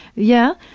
yeah,